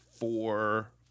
four